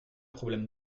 problème